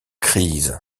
crise